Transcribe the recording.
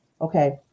okay